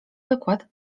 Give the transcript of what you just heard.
wykład